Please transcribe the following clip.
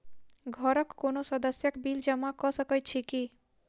घरक कोनो सदस्यक बिल जमा कऽ सकैत छी की?